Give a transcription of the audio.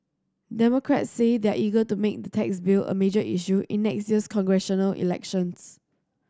democrats say they're eager to make the tax bill a major issue in next year's congressional elections